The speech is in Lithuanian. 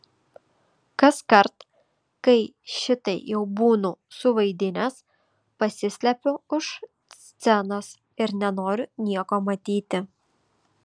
kaskart kai šitai jau būnu suvaidinęs pasislepiu už scenos ir nenoriu nieko matyti